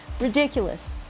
Ridiculous